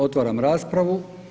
Otvaram raspravu.